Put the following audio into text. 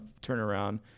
turnaround